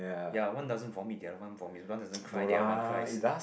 ya one doesn't vomit the other one vomit one doesn't cry the other one cries